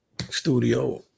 studio